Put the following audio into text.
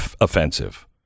offensive